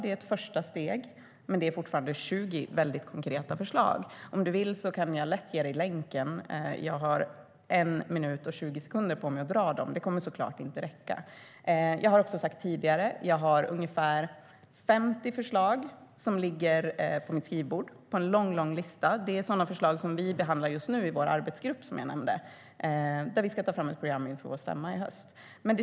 Det är ett första steg, men det är fortfarande 20 väldigt konkreta förslag. Om du vill kan jag lätt ge dig länken, för det räcker inte med 1 minut och 20 sekunder, som jag har kvar av min talartid, för att redovisa förslagen. Jag har också tidigare sagt att jag har ungefär 50 förslag som ligger på mitt skrivbord. Det är en lång lista med förslag som vi behandlar just nu i vår arbetsgrupp, som jag nämnde, och som ska ta fram ett program inför vår stämma i höst.